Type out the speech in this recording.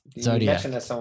Zodiac